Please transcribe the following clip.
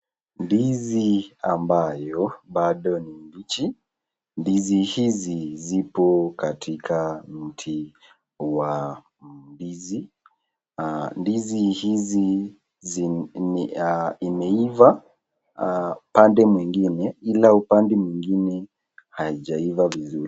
Ndizi ambayo bado ni mbichi, ndizi hizi zipo katika mti wa ndizi. Ndizi hizi zimeiva upande mwingine ila upande mwingine haijaiva vizuri.